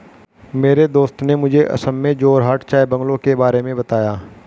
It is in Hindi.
मेरे दोस्त ने मुझे असम में जोरहाट चाय बंगलों के बारे में बताया